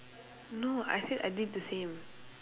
no I said I did the same